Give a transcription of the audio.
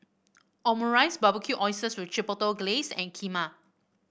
Omurice Barbecued Oysters with Chipotle Glaze and Kheema